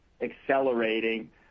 accelerating